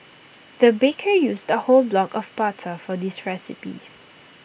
the baker used A whole block of butter for this recipe